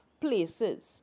places